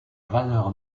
valeur